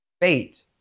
Fate